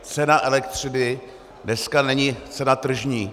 Cena elektřiny dneska není cena tržní.